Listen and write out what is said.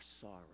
sorrow